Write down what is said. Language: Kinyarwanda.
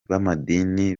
b’amadini